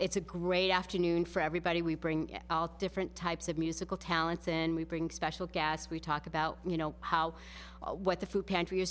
it's a great afternoon for everybody we bring all different types of musical talents and we bring special gas we talk about you know how what the food pantry is